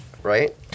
Right